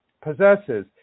possesses